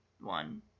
one